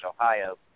Ohio